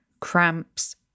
cramps